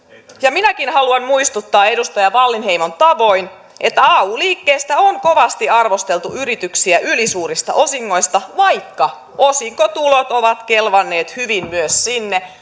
minäkin haluan muistuttaa edustaja wallinheimon tavoin että ay liikkeestä on kovasti arvosteltu yrityksiä ylisuurista osingoista vaikka osinkotulot ovat kelvanneet hyvin myös sinne